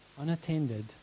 unattended